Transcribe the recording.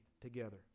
together